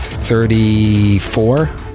Thirty-four